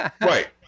Right